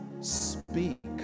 speak